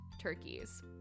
turkeys